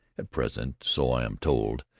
at present, so i am told,